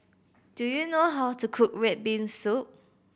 do you know how to cook red bean soup